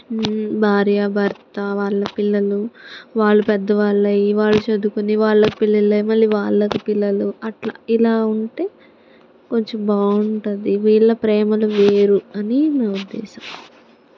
భార్యా భర్త వాళ్ళ పిల్లలు వాళ్ళు పెద్ద పెద్దవాళ్లు అయి వాళ్లు చదువుకొని వాళ్లకి పెళ్లిళ్లు మళ్లీ వాళ్ళకి పిల్లలు అట్లా ఇలా ఉంటే కొంచెం బాగుంటుంది వీళ్ళ ప్రేమలు వీళ్లు వేరు అని నా ఉద్దేశం